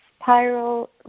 spiral